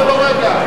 קבוצת בל"ד.